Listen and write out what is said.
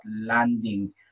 landing